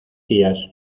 tías